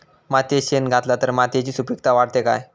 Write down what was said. मातयेत शेण घातला तर मातयेची सुपीकता वाढते काय?